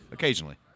Occasionally